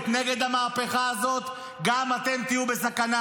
נגד המהפכה הזאת גם אתם תהיו בסכנה.